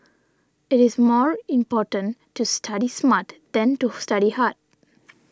it is more important to study smart than to study hard